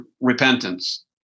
repentance